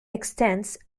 extends